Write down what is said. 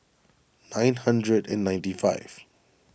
nine hundred and ninety five